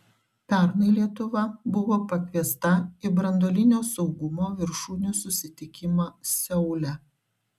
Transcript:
pernai lietuva buvo pakviesta į branduolinio saugumo viršūnių susitikimą seule